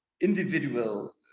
individual